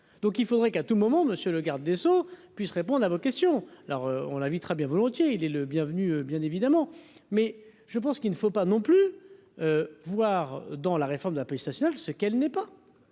donc il faudrait qu'à tout moment, monsieur le garde des Sceaux puisse répondre à vos questions. Alors, on la vit très bien volontiers : il est le bienvenu, bien évidemment, mais je pense qu'il ne faut pas non plus voir dans la réforme de la police nationale, ce qu'elle n'est pas